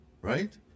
right